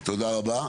תודה רבה,